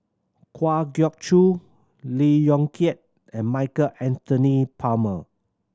Kwa Geok Choo Lee Yong Kiat and Michael Anthony Palmer